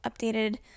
updated